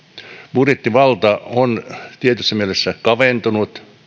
budjettivalta on tietyssä mielessä kaventunut